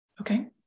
Okay